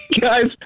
Guys